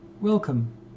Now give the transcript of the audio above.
Welcome